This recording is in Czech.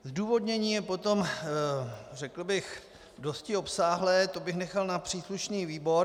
Zdůvodnění je potom dost obsáhlé, to bych nechal na příslušný výbor.